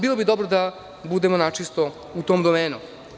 Bilo bi dobro da budemo načisto u tom domenu.